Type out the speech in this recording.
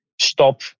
stop